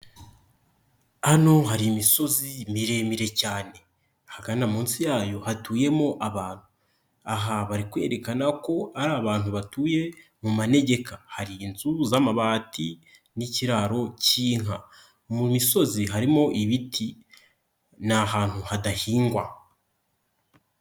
Hano hari imisozi miremire cyane, hagana munsi yayo hatuyemo abantu. Aha bari kwerekana ko ari abantu batuye mu manegeka, hari inzu z'amabati n'ikiraro cy'inka, mu misozi harimo ibiti ni ahantu hadahingwa.